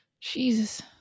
Jesus